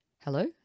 Hello